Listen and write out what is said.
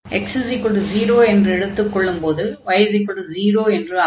அடுத்து x0 என்று எடுத்துக் கொள்ளும் போது y0 என்று ஆகும்